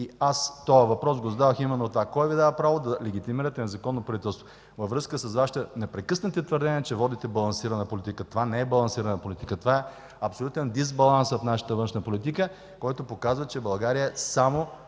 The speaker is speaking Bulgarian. и аз този въпрос го зададох именно от това: кой Ви дава право да легитимирате незаконно правителство? Във връзка с Вашите непрекъснати твърдения, че водите балансирана политика – това не е балансирана политика, това е абсолютен дисбаланс в нашата външна политика, което показва, че България взема само едната